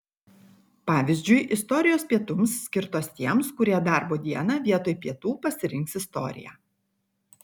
pavyzdžiui istorijos pietums skirtos tiems kurie darbo dieną vietoj pietų pasirinks istoriją